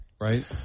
Right